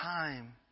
time